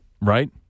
Right